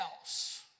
else